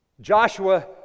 Joshua